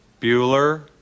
Bueller